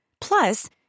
Plus